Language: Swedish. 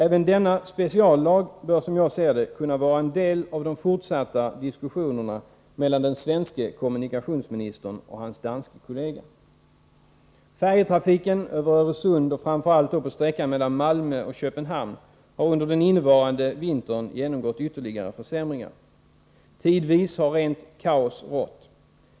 Även denna speciallag bör kunna vara en del av de fortsatta diskussionerna mellan den svenske kommunikationsministern och hans danske kollega. Färjetrafiken över Öresund och framför allt då på sträckan mellan Malmö och Köpenhamn har under den innevarande vintern genomgått ytterligare försämringar. Tidvis har rent kaos rått.